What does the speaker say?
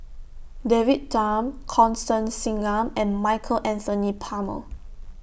David Tham Constance Singam and Michael Anthony Palmer